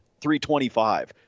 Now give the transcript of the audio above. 325